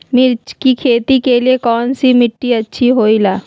मिर्च की खेती के लिए कौन सी मिट्टी अच्छी होईला?